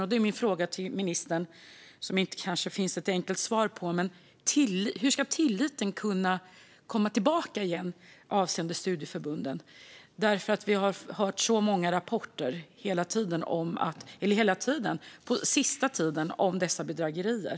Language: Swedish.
Då har jag en fråga till ministern som det kanske inte finns ett enkelt svar på: Hur ska tilliten till studieförbunden kunna komma tillbaka igen? Vi har ju den senaste tiden hört så många rapporter om dessa bedrägerier.